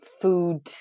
food